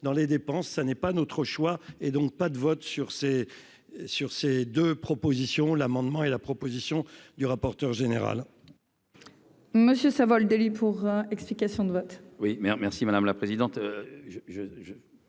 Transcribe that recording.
dans les dépenses, ça n'est pas notre choix, et donc pas de vote sur ces, sur ces 2 propositions, l'amendement et la proposition du rapporteur général.